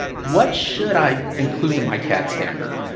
what should i include in my cad standard?